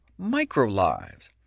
microlives